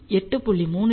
3 D